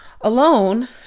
alone